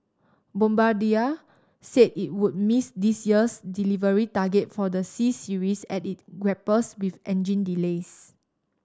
Bombardier said it would miss this year's delivery target for the C Series as it grapples with engine delays